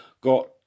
got